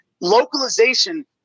localization